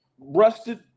rusted